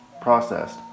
processed